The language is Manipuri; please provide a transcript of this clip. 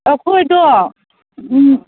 ꯑꯩꯈꯣꯏꯗꯣ